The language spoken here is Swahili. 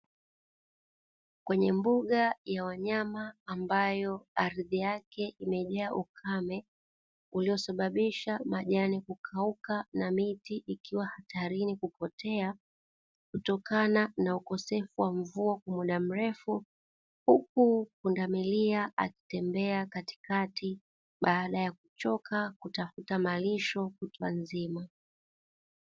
Kwenye mbuga ya wanyama ambayo ardhi yake imejaa ukame uliyosababisha majani kukauka na miti, ikiwa hatarini kupotea kutokana na ukosefu wa mvua kwa muda mrefu huku pundamilia akitembea katikati baada ya kuchoka kutafta malisho kutwa nzima.